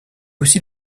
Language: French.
aussi